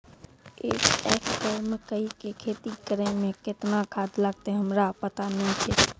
एक एकरऽ मकई के खेती करै मे केतना खाद लागतै हमरा पता नैय छै?